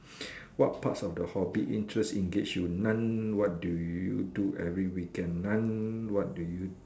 what parts of the hobby interest engage you none what do you every weekend none what do you